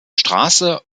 straße